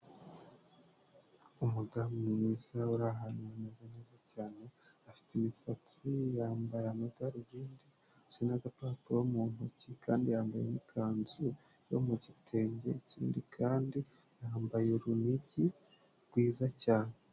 Umudamu mwiza uri ahantu hameze neza cyane, afite imisatsi yambaye amadarubindi afashe n'agapapuro mu ntoki, kandi yambaye n'ikanzu yo mu gitenge, ikindi kandi yambaye urunigi rwiza cyane.